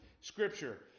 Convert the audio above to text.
scripture